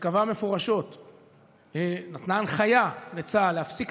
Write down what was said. שקבעה מפורשות ונתנה הנחיה לצה"ל להפסיק